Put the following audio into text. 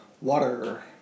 water